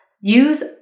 Use